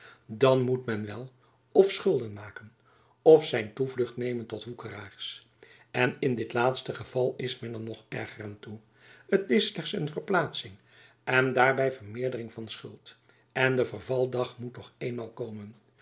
dan moet men wel of schulden maken of zijn toevlucht nemen tot woekeraars en in dit laatste geval is men er nog erger aan toe t is slechts een verplaatsing en daarby vermeerdering van schuld en de vervaldag moet toch eenmaal komen